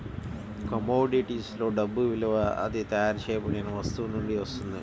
కమోడిటీస్లో డబ్బు విలువ అది తయారు చేయబడిన వస్తువు నుండి వస్తుంది